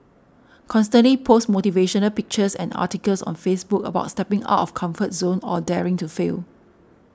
constantly post motivational pictures and articles on Facebook about stepping out of comfort zone or daring to fail